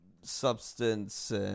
substance